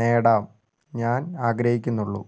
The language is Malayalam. നേടാം ഞാൻ ആഗ്രഹിക്കുന്നുള്ളൂ